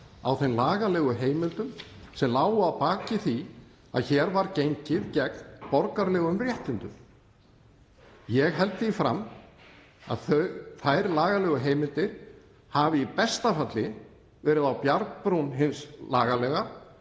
á þeim lagalegu heimildum sem lágu að baki því að hér var gengið gegn borgaralegum réttindum. Ég held því fram að þær lagalegu heimildir hafi í besta falli verið á bjargbrún hins lagalega